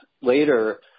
later